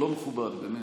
לא מכובד, באמת.